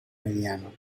mediano